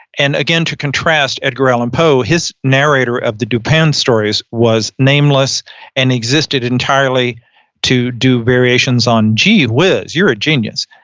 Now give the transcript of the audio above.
and again, to contrast edgar allan poe, hes narrator of the dupin stories was nameless and existed entirely to do variations on gee whiz, you're a genius.